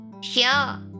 Sure